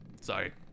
Sorry